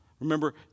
Remember